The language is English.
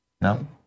No